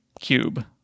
cube